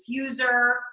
diffuser